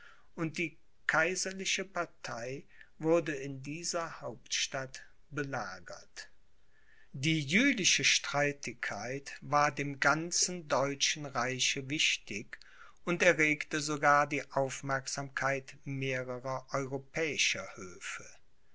und die kaiserliche partei wurde in dieser hauptstadt belagert die jülichische streitigkeit war dem ganzen deutschen reiche wichtig und erregte sogar die aufmerksamkeit mehrerer europäischer